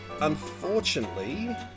unfortunately